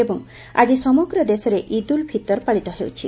ଏବଂ ଆଜି ସମଗ୍ର ଦେଶରେ ଇଦ୍ ଉଲ ଫିତର ପାଳିତ ହେଉଛି